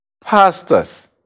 pastors